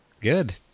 Good